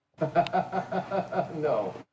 No